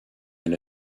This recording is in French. elle